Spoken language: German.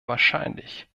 wahrscheinlich